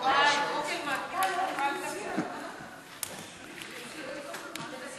חוק ומשפט בדבר פיצול הצעת חוק לעיגון מעמדם של בתי-המשפט